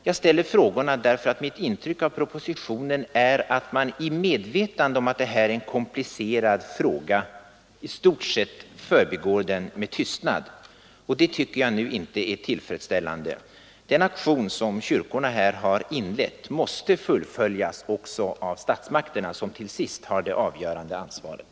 Jag ställer frågorna därför att mitt intryck av propositionen är att man i medvetande om att detta är ett komplicerat ärende i stort sett förbigår det med tystnad. Detta är inte tillfredsställande. Den aktion som kyrkorna har inlett måste fullföljas också av statsmakterna, som till sist har det avgörande ansvaret.